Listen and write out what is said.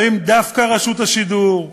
האם דווקא רשות השידור?